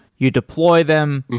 you deploy them,